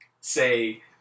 say